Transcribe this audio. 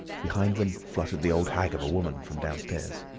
behind them fluttered the old hag of a woman from downstairs.